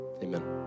Amen